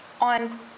On